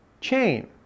chain